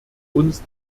uns